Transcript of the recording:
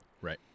Right